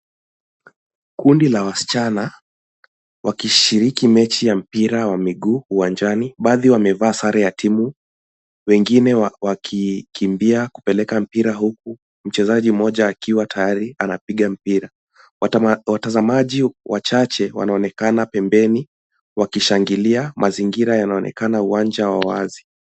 Kundi la wasichana wakishiriki mechi ya mpira wa miguu uwanjani, baadhi wamevaa sare ya timu, wengine wakikimbia kupeleka mpira, huku mchezaji moja akiwa tayari anapiga mpira. Watazamaji wachache wanaonekana pembeni wakishangilia mazingira yanaonekana uwanja wa wazi.